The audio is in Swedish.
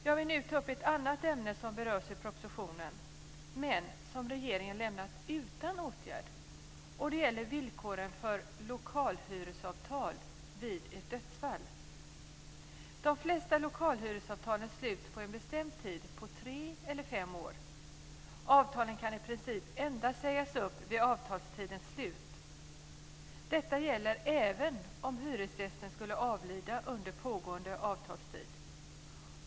Jag vill nu ta upp ett annat ämne som berörs i propositionen men som regeringen lämnat utan åtgärd, och det gäller villkoren för lokalhyresavtal vid ett dödsfall. De flesta lokalhyresavtal sluts på en bestämd tid om tre eller fem år. Avtalet kan i princip endast sägas upp vid avtalstidens slut. Detta gäller även om hyresgästen skulle avlida under pågående avtalstid.